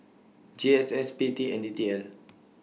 G S S P T and D T L